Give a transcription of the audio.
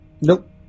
Nope